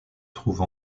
trouve